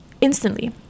instantly